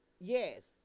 yes